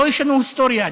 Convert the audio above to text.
לא ישנו היסטוריה,